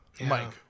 Mike